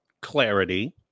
clarity